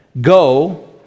Go